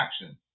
Action